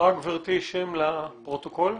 גברתי, רק תאמרי את שמך לפרוטוקול.